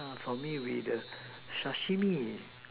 for me will be the Sashimi